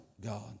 God